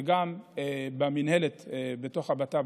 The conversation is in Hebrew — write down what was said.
וגם במינהלת שקיימת בתוך המשרד לביטחון פנים,